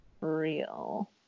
real